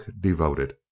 devoted